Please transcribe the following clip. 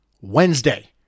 Wednesday